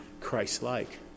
Christ-like